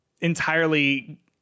entirely